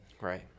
Right